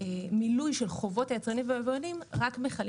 כמילוי של חובות היצרנים והיבואנים רק מכלים